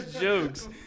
jokes